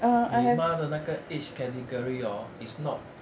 你妈的那个 age category hor is not